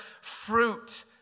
fruit